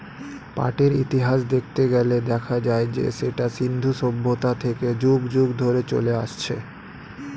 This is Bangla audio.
পাটের ইতিহাস দেখতে গেলে দেখা যায় যে সেটা সিন্ধু সভ্যতা থেকে যুগ যুগ ধরে চলে আসছে